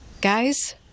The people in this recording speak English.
Guys